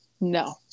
no